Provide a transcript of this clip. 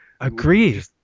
Agreed